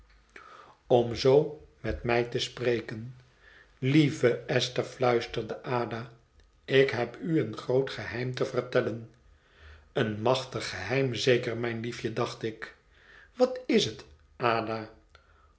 om zoo met mij te spreken lieve esther fluisterde ada ik heb u een groot geheim te vertellen een machtig geheim zeker mijnliefje dachtik wat is het ada